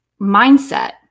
mindset